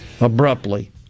abruptly